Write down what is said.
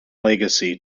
legacy